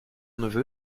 neveu